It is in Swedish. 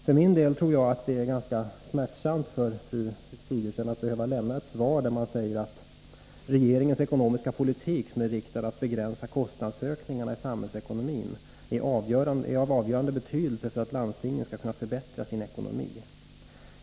För min del tror jag att det är ganska smärtsamt för fru Sigurdsen att behöva lämna ett svar, där det står att regeringens ekonomiska politik ”är inriktad på att begränsa kostnadsökningarna i samhällsekonomin” och att den ”är av avgörande betydelse för landstingets möjligheter att förbättra sin ekonomi”.